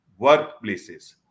workplaces